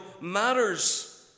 matters